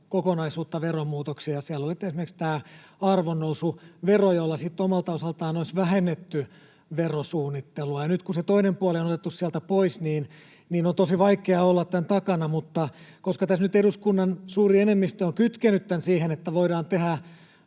kokonaisuutta veromuutoksia. Siellä oli esimerkiksi arvonnousuvero, jolla sitten omalta osaltaan olisi vähennetty verosuunnittelua, ja nyt kun se toinen puoli on otettu sieltä pois, on tosi vaikea olla tämän takana. Mutta koska tässä nyt eduskunnan suuri enemmistö on kytkenyt tämän niin, että voidaan tehdä